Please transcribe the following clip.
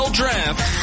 draft